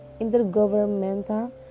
intergovernmental